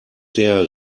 der